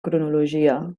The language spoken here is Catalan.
cronologia